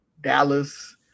Dallas